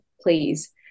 please